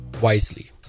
wisely